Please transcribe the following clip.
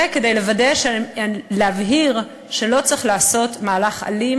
וכדי להבהיר שלא צריך לעשות מהלך אלים